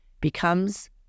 becomes